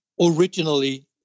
originally